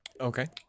Okay